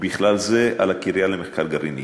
ובכלל זה על הקריה למחקר גרעיני.